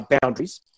boundaries